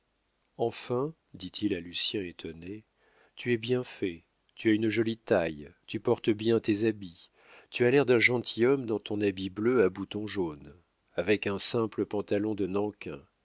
enfin dit-il à lucien étonné tu es bien fait tu as une jolie taille tu portes bien tes habits tu as l'air d'un gentilhomme dans ton habit bleu à boutons jaunes avec un simple pantalon de